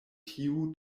tiu